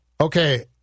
Okay